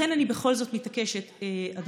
לכן אני בכל זאת מתעקשת לבקש,